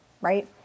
right